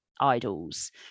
idols